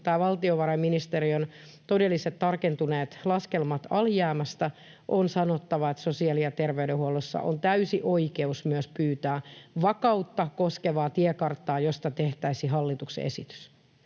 valtiovarainministeriön todelliset, tarkentuneet laskelmat alijäämästä, on sanottava, että sosiaali‑ ja terveydenhuollossa on täysi oikeus myös pyytää vakautta koskevaa tiekarttaa, josta tehtäisiin hallituksen esitys.